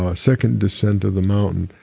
ah second descent of the mountain,